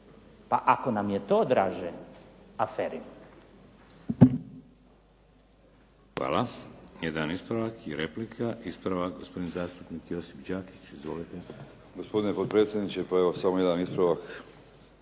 Pa ako nam je to draže a ferim.